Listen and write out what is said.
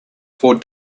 for